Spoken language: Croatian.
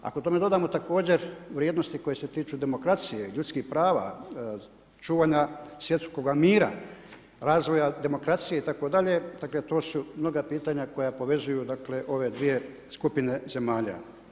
Ako tome dodamo također vrijednosti koje se tiču demokracije ljudskih prava čuvanja svjetskoga mira, razvoja demokracije itd., dakle to su mnoga pitanja koja povezuju dakle ove dvije skupine zemalja.